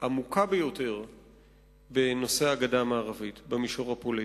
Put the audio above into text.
עמוקה ביותר בנושא הגדה המערבית במישור הפוליטי.